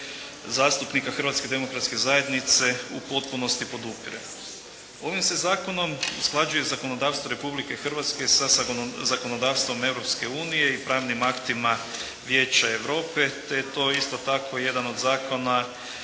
zastupnika Hrvatske demokratske zajednice u potpunosti podupire. Ovim se zakonom usklađuje zakonodavstvo Republike Hrvatske sa zakonodavstvom Europske unije i pravnim aktima Vijeća Europe te je to isto tako jedan od zakona